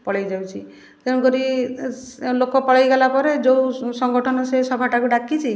ପଳେଇ ଯାଉଛି ତେଣୁକରି ଲୋକ ପଳେଇଗଲା ପରେ ଯେଉଁ ସଙ୍ଗଠନ ସେଇ ସଭାଟାକୁ ଡାକିଛି